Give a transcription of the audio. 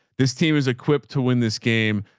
this team is equipped to win this game.